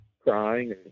crying